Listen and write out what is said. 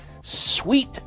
sweet